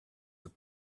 with